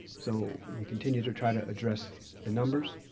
so we continue to try to address the numbers,